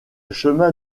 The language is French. chemin